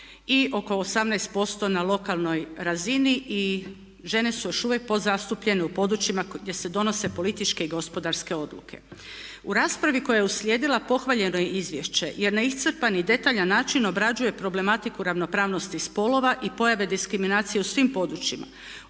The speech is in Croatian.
i oko 18% na lokalnoj razini i žene su još uvijek podzastupljene u područjima gdje se donose političke i gospodarske odluke. U raspravi koja je uslijedila pohvaljeno je izvješće jer na iscrpan i detaljan način obrađuje problematiku ravnopravnosti spolova i pojave diskriminacije u svim područjima